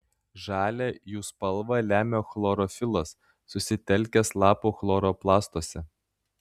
žalią jų spalvą lemia chlorofilas susitelkęs lapų chloroplastuose